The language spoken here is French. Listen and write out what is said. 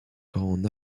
grand